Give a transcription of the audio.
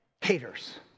haters